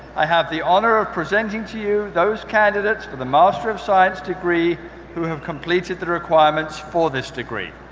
i have the honor of presenting to you those candidates for the master of science degree who have completed the requirements for this degree.